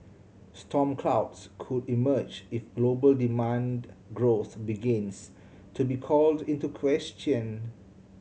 storm clouds could emerge if global demand growth begins to be called into question